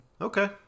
Okay